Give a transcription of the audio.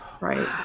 right